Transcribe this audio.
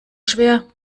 schwer